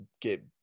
get